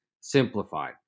simplified